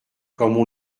comme